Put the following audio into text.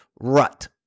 rut